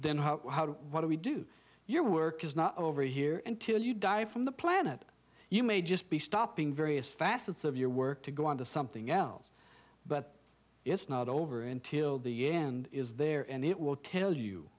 then what do we do your work is not over here and till you die from the planet you may just be stopping various facets of your work to go on to something else but it's not over until the end is there and it will tell you